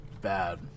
bad